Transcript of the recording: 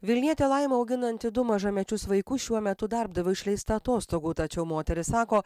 vilnietė laima auginanti du mažamečius vaikus šiuo metu darbdavio išleista atostogų tačiau moteris sako